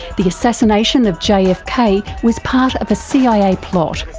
the assassination of jfk kind of was part of a cia plot,